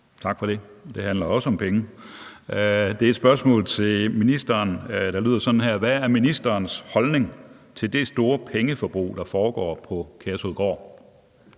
Tak for det. Det handler også om penge. Det er et spørgsmål til ministeren, der lyder sådan her: Hvad er ministerens holdning til det store pengeforbrug, der foregår på Kærshovedgård?